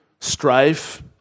strife